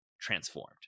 transformed